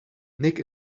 nick